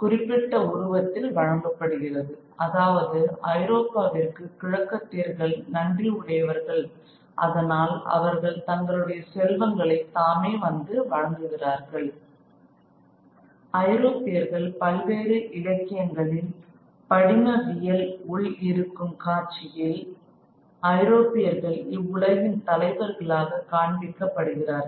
குறிப்பிட்ட உருவத்தில் வழங்கப்படுகிறது அதாவது ஐரோப்பாவிற்கு கிழக்கத்தியர்கள் நன்றி உடையவர்கள் அதனால் அவர்கள் தங்களுடைய செல்வங்களை தாமே வந்து வழங்குகிறார்கள் ஐரோப்பியர்கள் பல்வேறு இலக்கியங்களில் படிமவியல் உள் இருக்கும் காட்சியில் ஐரோப்பியர்கள் இவ்வுலகின் தலைவர்களாக காண்பிக்க படுகிறார்கள்